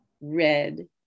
red